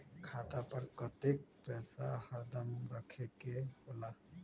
खाता पर कतेक पैसा हरदम रखखे के होला?